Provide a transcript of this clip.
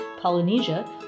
Polynesia